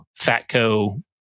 Fatco